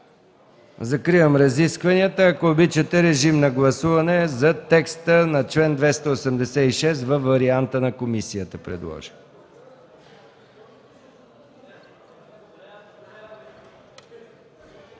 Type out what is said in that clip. Закривам разискванията. Ако обичате, режим на гласуване за текста на чл. 286 във варианта, предложен